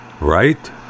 Right